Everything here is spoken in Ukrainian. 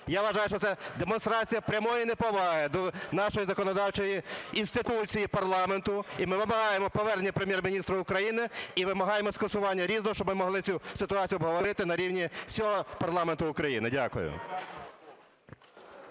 Я вважаю, що це демонстрація прямої неповаги до нашої законодавчої інституції – парламенту. І ми вимагаємо повернення Прем’єр-міністра України і вимагаємо скасування "Різного", щоб ми могли цю ситуацію обговорити на рівні всього парламенту України. Дякую.